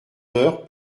d’heure